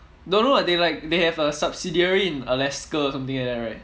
no no no they like they have a subsidiary in alaska or something like that right